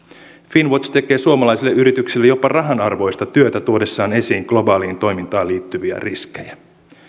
finnwatch tekee suomalaisille yrityksille jopa rahanarvoista työtä tuodessaan esiin globaaliin toimintaan liittyviä riskejä